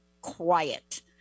quiet